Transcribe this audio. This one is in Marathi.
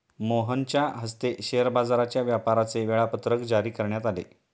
मोहनच्या हस्ते शेअर बाजाराच्या व्यापाराचे वेळापत्रक जारी करण्यात आले